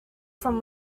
from